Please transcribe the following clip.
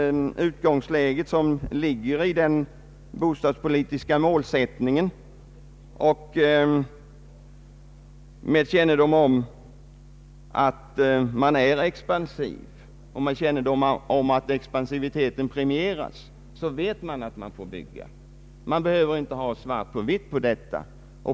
Utgångsläget ligger i den = bostadspolitiska målsättningen. Med kännedom om att orten betecknas som expansiv och med kännedom om att expansivitet prioriteras, vet man att man får bygga. Man behöver inte ha svart på vitt på detta.